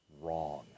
wrong